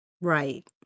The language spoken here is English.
Right